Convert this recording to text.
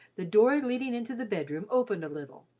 the door leading into the bedroom opened a little,